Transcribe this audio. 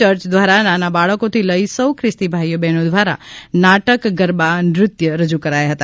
church દ્વારા નાના બાળકોથી લઈ સૌ ખ્રિસ્તી ભાઈ બહેનો દ્વારા નાટક ગરબા નૃત્ય રજૂ કરાયા હતા